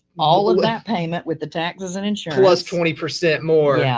all of that payment with the taxes and insurance. plus twenty percent more. yeah